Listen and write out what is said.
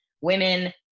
women